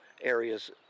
areas